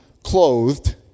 clothed